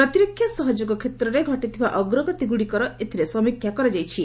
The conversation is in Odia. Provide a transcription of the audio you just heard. ପ୍ରତିରକ୍ଷା ସହଯୋଗ କ୍ଷେତ୍ରରେ ଘଟିଥିବା ଅଗ୍ରଗତିଗୁଡ଼ିକର ଏଥିରେ ସମୀକ୍ଷା କରାଯାଇଛି